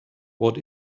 what